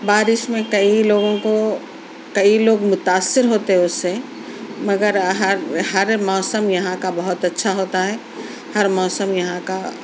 بارش میں کئی لوگوں کو کئی لوگ متاثر ہوتے اس سے مگر ہر ہر موسم یہاں کا بہت اچھا ہوتا ہے ہر موسم یہاں کا